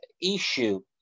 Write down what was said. issue